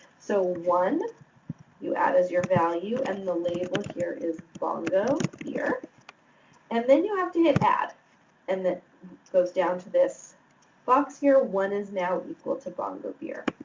so, one you add as your value and the label here is bongo beer and then you'll have to hit add and it goes down to this box here. one is now equal to bongo beer.